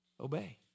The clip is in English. Obey